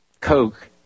Coke